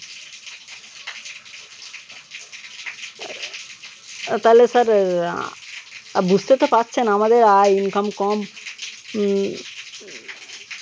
তাহলে স্যার বুঝতে তো পারছেন আমাদের আয় ইনকাম কম